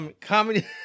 Comedy